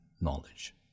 knowledge